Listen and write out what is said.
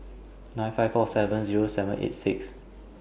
nine five four seven Zero seven eight six